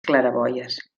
claraboies